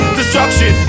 destruction